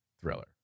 Thriller